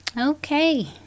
Okay